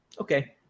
Okay